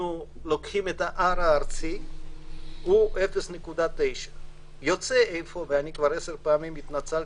לוקחים את המקדם הארצי הוא 0.9. יוצא איפה שהמסקנה הפשוטה